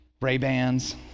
Ray-Bans